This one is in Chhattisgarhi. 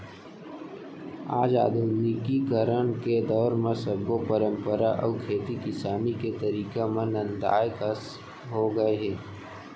आज आधुनिकीकरन के दौर म सब्बो परंपरा अउ खेती किसानी के तरीका मन नंदाए कस हो गए हे